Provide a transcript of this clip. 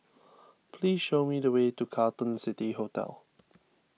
please show me the way to Carlton City Hotel